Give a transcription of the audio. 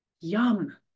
Yum